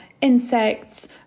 insects